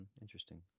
interesting